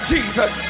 Jesus